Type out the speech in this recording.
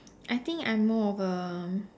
I think I'm more of a